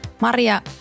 Maria